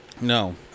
No